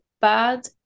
bad